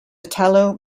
italo